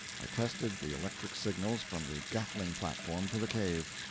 i tested the electric signals from the gatling platform to the cave,